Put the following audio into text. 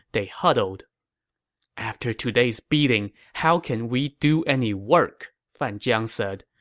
they huddled after today's beating, how can we do any work? fan jiang said.